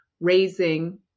raising